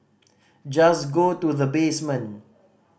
just go to the basement